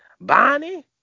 Bonnie